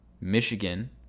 Michigan